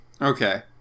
Okay